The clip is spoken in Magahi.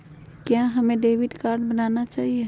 क्या हमें डेबिट कार्ड बनाना चाहिए?